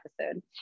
episode